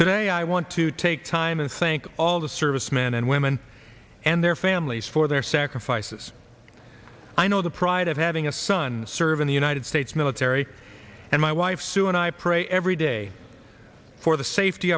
today i want to take time and thank all the servicemen and women and their families for their sacrifices i know the pride of having a son serve in the united states military and my wife sue and i pray every day for the safety